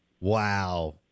Wow